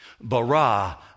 Bara